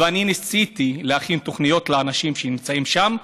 אני ניסיתי להכין תוכניות לאנשים שנמצאים שם,